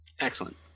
excellent